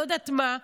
לא יודעת מה,